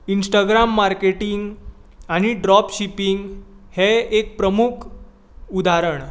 Instagram marketing आनी drop shipping हें एक प्रमुख उदाहरण